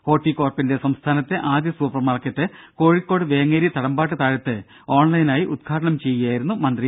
ഹോർട്ടികോർപ്പിന്റെ സംസ്ഥാനത്തെ ആദ്യ സൂപ്പർമാർക്കറ്റ് കോഴിക്കോട് വേങ്ങേരി തടമ്പാട്ട് താഴത്ത് ഓൺലൈനായി ഉദ്ഘാടനം ചെയ്യുകയായിരുന്നു മന്ത്രി